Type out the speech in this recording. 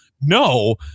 no